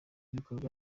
ibikorwa